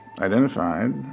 identified